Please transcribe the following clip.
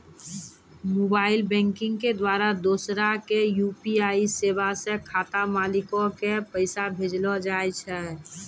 mobile banking के द्वारा दोसरा के यू.पी.आई सेबा से खाता मालिको के पैसा भेजलो जाय छै